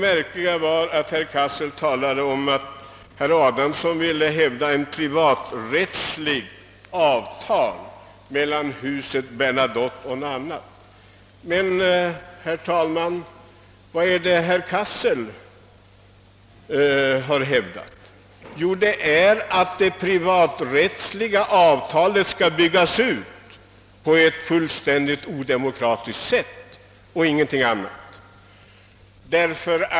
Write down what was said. Märkligt nog talade herr Cassel också om att herr Adamsson ville hävda ett privaträttsligt avtal mellan huset Bernadotte och svenska staten. Vad är det då herr Cassel har hävdat? Jo, att detta privaträttsliga avtal skall byggas ut på ett fullständigt odemokratiskt sätt — ingenting annat!